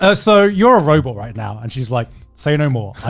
ah so you're a robot right now. and she's like, say no more.